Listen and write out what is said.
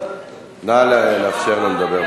נא לאפשר לו לדבר.